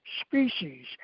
species